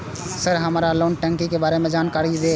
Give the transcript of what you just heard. Sir हमरा loan टंगी के बारे में जान कारी धीरे?